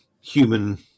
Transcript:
human